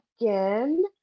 again